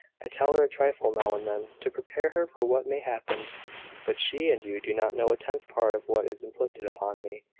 i tell her a trifle now and then, to prepare her for what may happen but she and you do not know a tenth part, of what is inflicted upon me.